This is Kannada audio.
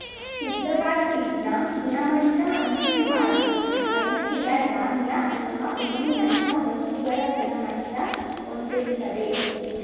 ಸಿದ್ಧವಾದ್ ಫೀಡ್ನ ಗುಣಮಟ್ಟ ಅಂತಿಮ್ವಾಗಿ ಬಳ್ಸಿದ ಧಾನ್ಯ ಅಥವಾ ಹುಲ್ಲಿನಂತ ವಸ್ತುಗಳ ಗುಣಮಟ್ಟ ಹೊಂದಿರ್ತದೆ